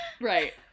right